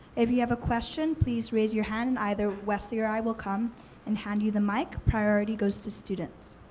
if you have a question, please raise your hand and either wesley or i will come and hand you the mic. priority goes to students.